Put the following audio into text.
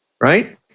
right